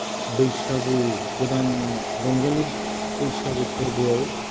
बैसागु गोदान रंजालि बैसागु फोरबोआव